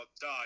die